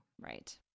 Right